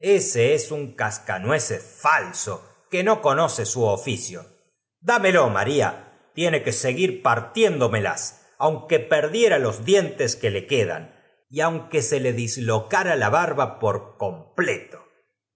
ése es un cascanueces falso que no conoce su j uoficio dámelo maria tiene que seguir partiéndomelas aunque perdiera los dien tes que le queda n y aunque se le disloca ra la barba por complet q